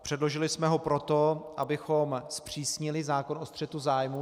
Předložili jsme ho proto, abychom zpřísnili zákon o střetu zájmů.